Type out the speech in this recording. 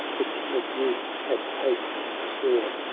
the timid youth had hope in store.